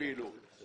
אני רק מוסיפה.